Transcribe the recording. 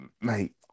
Mate